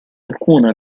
alcuna